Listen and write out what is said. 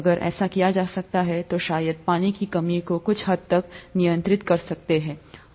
अगर ऐसा किया जा सकता है तो शायद पानी की कमी को कुछ हद तक नियंत्रित कर सकते है